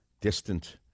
distant